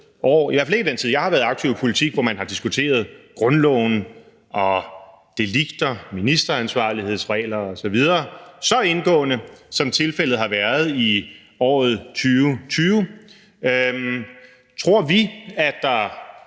i hvert fald ikke i den tid, jeg har været aktiv i politik, hvor man har diskuteret grundloven og delikter og ministeransvarlighedsregler osv. så indgående, som tilfældet har været i året 2020 – tror vi, at der